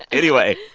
anyway,